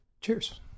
Cheers